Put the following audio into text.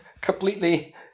completely